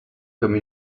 comme